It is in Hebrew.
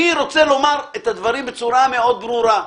אני רוצה לומר את הדברים בצורה מאוד ברורה,